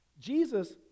Jesus